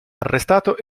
arrestato